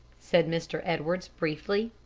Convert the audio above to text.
said mr. edwards, briefly.